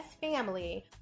family